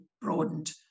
broadened